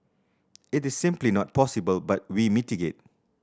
it is simply not possible but we mitigate